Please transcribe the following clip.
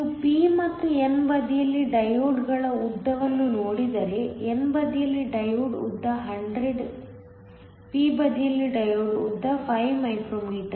ನೀವು p ಮತ್ತು n ಬದಿಯಲ್ಲಿ ಡಯೋಡ್ಗಳ ಉದ್ದವನ್ನು ನೋಡಿದರೆ n ಬದಿಯಲ್ಲಿ ಡಯೋಡ್ಉದ್ದ 100 p ಬದಿಯಲ್ಲಿ ಡಯೋಡ್ಉದ್ದ 5 ಮೈಕ್ರೋ ಮೀಟರ್